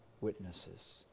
witnesses